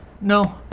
No